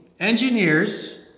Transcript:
engineers